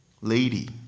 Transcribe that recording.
Lady